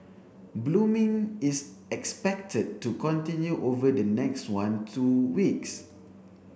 blooming is expected to continue over the next one two weeks